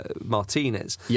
Martinez